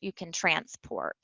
you can transport.